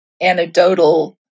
anecdotal